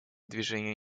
движения